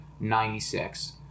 96